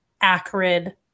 acrid